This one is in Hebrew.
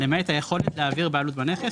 למעט היכולת להעביר בעלות בנכס,